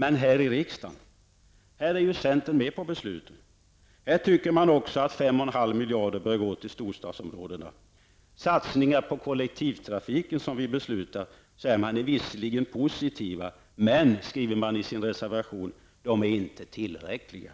Men här i riksdagen är ju centern med på besluten. Här tycker man också att 5,5 miljarder bör gå till storstadsområdena. Satsningar på kollektivtrafiken som vi har beslutat är visserligen positiva, skriver centern i sin reservation, men de är inte tillräckliga!